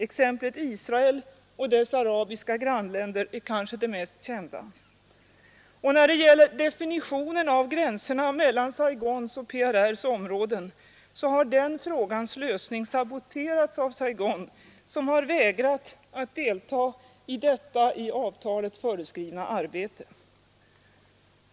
Exemplet Israel och dess arabiska grannländer är kanske det mest kända. När det gäller definitionen av gränserna mellan Saigons och PRR:s områden, så har den frågans lösning saboterats av Saigon, som vägrat sin medverkan i detta i avtalet föreskrivna arbete.